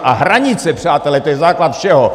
A hranice, přátelé, to je základ všeho!